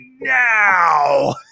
now